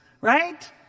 Right